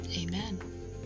Amen